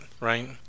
right